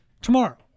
tomorrow